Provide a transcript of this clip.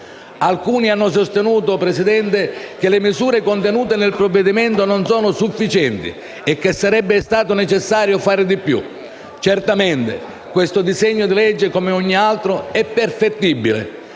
alcuni si è sostenuto che le misure contenute nel provvedimento in esame non sono sufficienti e che sarebbe stato necessario fare di più. Certamente il disegno di legge, come ogni altro, è perfettibile.